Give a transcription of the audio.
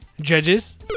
Judges